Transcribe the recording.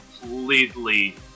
completely